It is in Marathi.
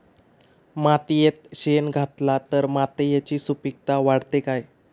मातयेत शेण घातला तर मातयेची सुपीकता वाढते काय?